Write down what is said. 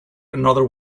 another